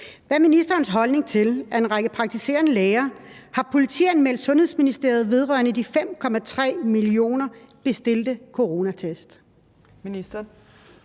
Hvad er ministerens holdning til, at en række praktiserende læger har politianmeldt Sundhedsministeriet vedrørende de 5,3 mio. bestilte coronatest?